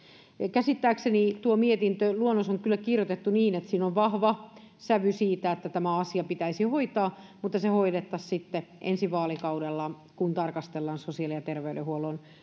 käsittääkseni tuo mietintöluonnos on kyllä kirjoitettu niin että siinä on vahva sävy siitä että tämä asia pitäisi hoitaa mutta se hoidettaisiin sitten ensi vaalikaudella kun tarkastellaan sosiaali ja terveydenhuollon